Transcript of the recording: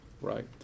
right